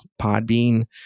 Podbean